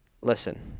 Listen